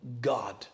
God